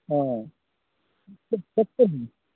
हँ छोट छोट कए दिऔ